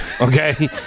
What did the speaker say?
Okay